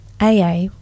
AA